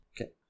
Okay